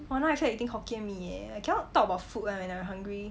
!wah! now I feel like eating hokkien mee eh I cannot talk about food [one] when I'm hungry